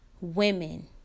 women